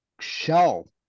shell